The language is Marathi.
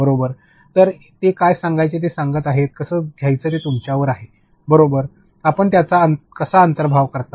बरोबर तर ते काय सांगायचे ते सांगत आहेत कसं घ्यायचं हे तुमच्यावर आहे बरोबर आपण ह्याचा कसा अंतर्भाव करता